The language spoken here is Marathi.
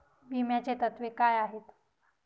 विम्याची तत्वे काय आहेत?